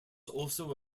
also